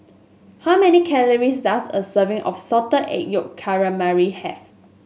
how many calories does a serving of Salted Egg Yolk Calamari have